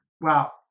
wow